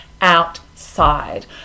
outside